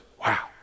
Wow